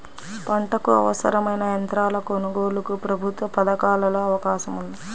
పంటకు అవసరమైన యంత్రాల కొనగోలుకు ప్రభుత్వ పథకాలలో అవకాశం ఉందా?